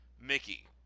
Mickey